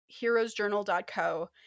heroesjournal.co